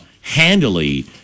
handily